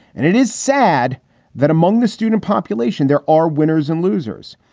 and it is sad that among the student population, there are winners and losers.